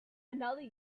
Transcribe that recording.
another